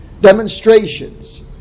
Demonstrations